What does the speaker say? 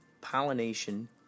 pollination